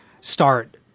start